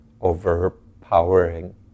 overpowering